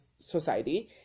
society